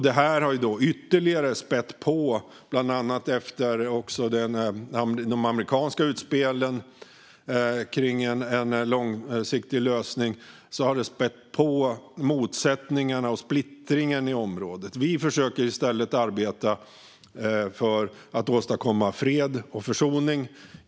Detta har, bland annat efter de amerikanska utspelen kring en långsiktig lösning, spätt på motsättningarna och splittringen i området. Vi försöker i stället arbeta för att åstadkomma fred och försoning.